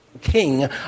king